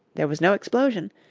there was no explosion,